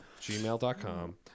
gmail.com